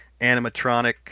animatronic